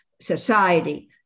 society